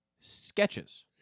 sketches